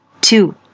two